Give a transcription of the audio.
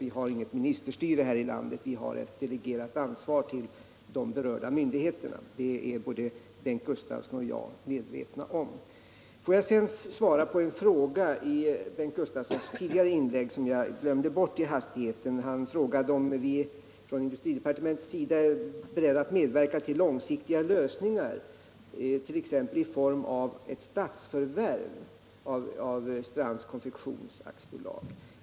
Vi har inget ministerstyre här i landet utan ett delegerat ansvar till berörda myndigheter. Det är både Bengt Gustavsson och jag medvetna om. Får jag sedan svara på en fråga i Bengt Gustavssons tidigare inlägg som jag glömde bort i hastigheten. Bengt Gustavsson frågade om vi från industridepartementets sida är beredda att medverka till långsiktiga lösningar, t.ex. i form av ett statsförvärv av Strands Konfektions AB.